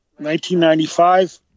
1995